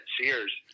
Sears